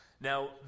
Now